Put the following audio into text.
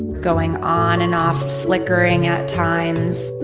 going on and off, flickering at times.